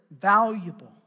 valuable